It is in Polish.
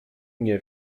nie